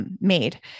Made